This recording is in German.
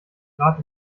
grad